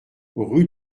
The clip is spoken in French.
rue